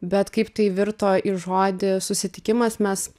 bet kaip tai virto į žodį susitikimas mes